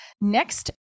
next